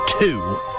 two